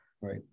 right